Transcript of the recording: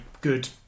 good